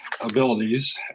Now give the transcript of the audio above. abilities